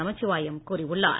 நமச்சிவாயம் கூறியுள்ளார்